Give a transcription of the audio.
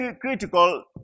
critical